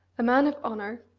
a man of honour!